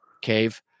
cave